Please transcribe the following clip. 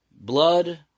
Blood